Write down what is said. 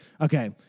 okay